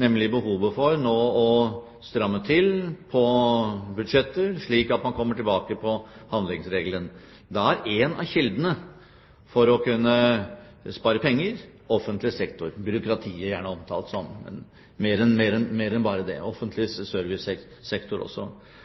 nemlig behovet for å stramme til på budsjetter nå, slik at en kommer tilbake til handlingsregelen. Da er én av kildene for å kunne spare penger i offentlig sektor – gjerne omtalt som byråkratiet – men mer enn bare det, også offentlig